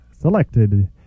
selected